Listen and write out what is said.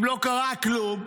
אם לא קרה כלום,